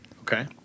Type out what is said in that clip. Okay